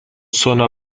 sono